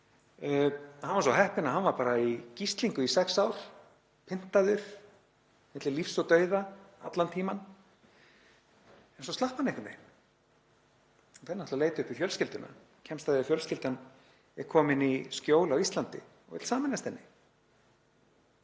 dögum var svo heppinn að hann var bara í gíslingu í sex ár, pyndaður, milli lífs og dauða allan tímann, en svo slapp hann einhvern veginn. Hann fer náttúrlega að leita uppi fjölskylduna, kemst að því að fjölskyldan er komin í skjól á Íslandi og vill sameinast henni.